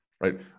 Right